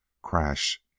crash